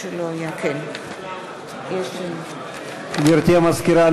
בעד גברתי המזכירה,